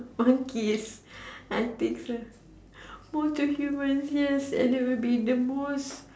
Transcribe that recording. wasn't kiss I think so born to humans yes and it will be the most